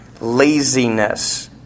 laziness